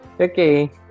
Okay